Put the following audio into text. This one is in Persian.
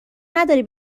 نداری